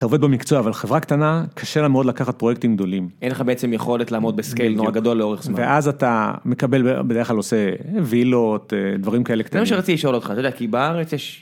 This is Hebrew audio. אתה עובד במקצוע, אבל חברה קטנה קשה מאוד לקחת פרויקטים גדולים. אין לך בעצם יכולת לעמוד בסקיל נורא גדול לאורך זמן, ואז אתה מקבל בדרך כלל עושה וילות דברים כאלה קטנים. זה מה שרציתי לשאול אותך, כי אתה יודע בארץ יש